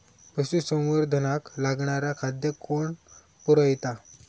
पशुसंवर्धनाक लागणारा खादय कोण पुरयता?